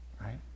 right